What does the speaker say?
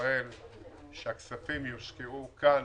יביא לכך שהכספים יושקעו כאן,